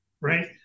right